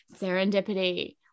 serendipity